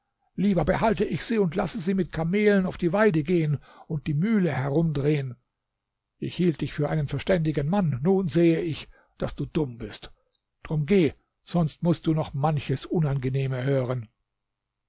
lieber behalte ich sie und lasse sie mit kamelen auf die weide gehen und die mühle herumdrehen ich hielt dich für einen verständigen mann nun sehe ich daß du dumm bist drum geh sonst mußt du noch manches unangenehme hören